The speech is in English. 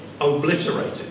obliterated